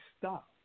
stop